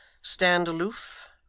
stand aloof,